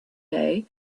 day